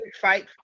fight